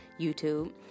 YouTube